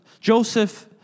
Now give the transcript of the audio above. Joseph